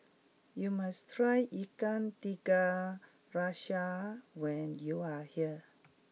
you must try Ikan Tiga Rasa when you are here